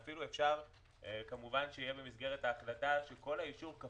כמובן אפשר במסגרת ההחלטה לקבוע שכל האישור